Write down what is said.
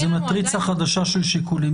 זו מטריצה חדשה של שיקולים.